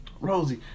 Rosie